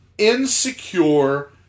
Insecure